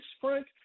Frank